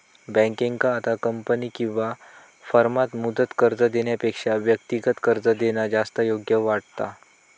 बँकेंका आता कंपनी किंवा फर्माक मुदत कर्ज देण्यापेक्षा व्यक्तिगत कर्ज देणा जास्त योग्य वाटता